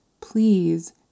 please